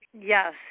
yes